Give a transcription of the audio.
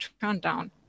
turndown